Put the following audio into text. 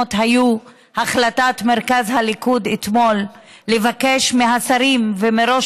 הראשונות היו החלטת מרכז הליכוד אתמול לבקש מהשרים ומראש